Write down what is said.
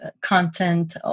content